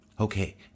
Okay